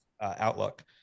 outlook